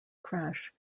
crash